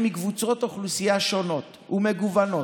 מקבוצות אוכלוסייה שונות ומגוונות.